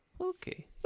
Okay